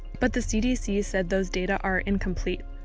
but the cdc said those data are incomplete.